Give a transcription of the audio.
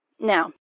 Now